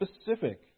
specific